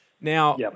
Now